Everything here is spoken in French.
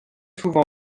souvent